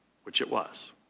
which it was.